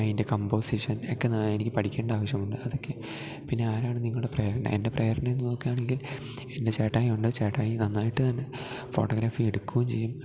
എൻ്റെ കമ്പോസിഷൻ ഒക്കെ എനിക്ക് പഠിക്കണ്ട ആവശ്യമുണ്ട് അതൊക്കെ പിന്നാരാണ് നിങ്ങളുടെ പ്രേരണ എൻ്റെ പ്രേരണയെന്ന് നോക്കുകയാണെങ്കിൽ എൻ്റെ ചേട്ടായി ഉണ്ട് ചേട്ടായി നന്നായിട്ട് തന്നെ ഫോട്ടോഗ്രാഫി എടുക്കുകയും ചെയ്യും